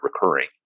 recurring